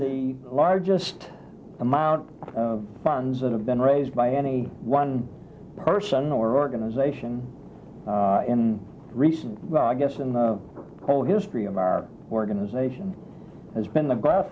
the largest amount of funds that have been raised by any one person or organization in recent i guess in the whole history of our organization has been the gr